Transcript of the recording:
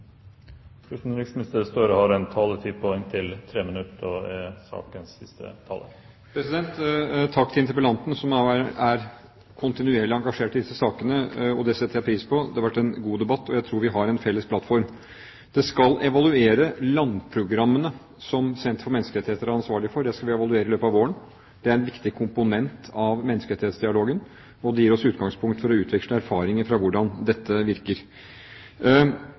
kontinuerlig engasjert i disse sakene, og det setter jeg pris på. Det har vært en god debatt, og jeg tror vi har en felles plattform. Landprogrammene, som Norsk senter for menneskerettigheter er ansvarlig for, skal vi evaluere i løpet av våren. De er en viktig komponent i menneskerettighetsdialogen, og de gir oss et utgangspunkt for å utveksle erfaringer fra hvordan dette virker.